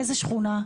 מאיזו שכונה?